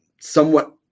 somewhat